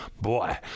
Boy